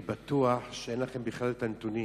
אני בטוח שאין לכם בכלל את הנתונים.